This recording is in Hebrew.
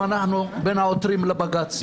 גם אנחנו בין העותרים לבג"ץ,